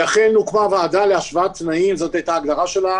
אכן הוקמה ועדה להשוואת תנאים זאת ההיתה ההגדרה שלה